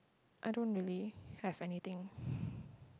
I don't really have anything